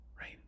Right